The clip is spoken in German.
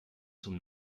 zum